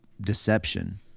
deception